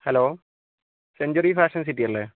hello century fashion city അല്ലേ